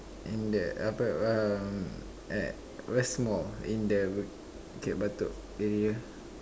in the uh per um at West-Mall in the Bukit-Batok area